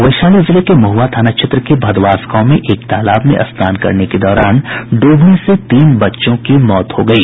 वैशाली जिले के महुआ थाना क्षेत्र के भदवास गांव में एक तालाब में स्नान करने के दौरान डूबने से तीन बच्चों की मौत हो गयी